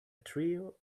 trio